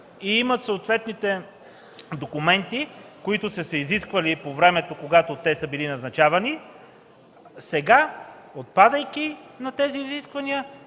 и имат и съответните документи, които са се изисквали по времето, когато те са били назначавани, сега, отпадайки тези изисквания,